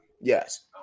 yes